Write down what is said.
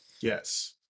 Yes